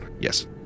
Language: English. Yes